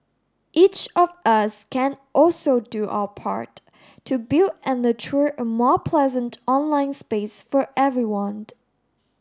each of us can also do our part to build and nurture a more pleasant online space for everyone